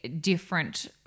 different